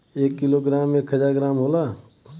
एक kilogram में एक हजार ग्राम होला